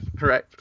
right